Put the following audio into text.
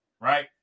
right